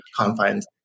confines